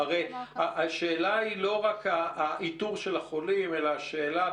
השאלה היא לא רק איתור החולים אלא השאלה,